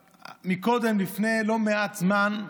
קודם, לפני לא מעט זמן,